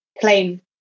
claim